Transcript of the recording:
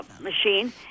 machine